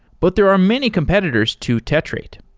but there are many competitors to tetrate.